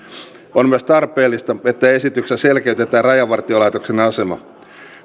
on myös tarpeellista että esityksessä selkeytetään rajavartiolaitoksen asemaa